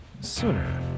sooner